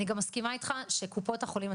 אני גם מסכימה איתך שקופות החולים,